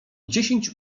dziesięć